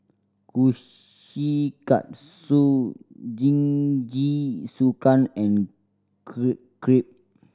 Kushikatsu Jingisukan and Crepe